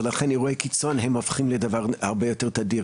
ולכן אירועי קיצון הם הופכים להיות דבר הרבה יותר תדיר.